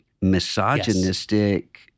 misogynistic